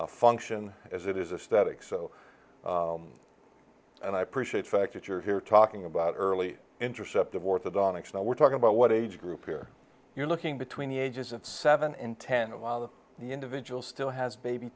a function as it is a static so and i appreciate the fact that you're here talking about early intercept of orthodontics now we're talking about what age group here you're looking between the ages of seven and ten a lot of the individual still has baby